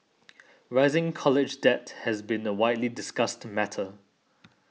rising college debt has been a widely discussed matter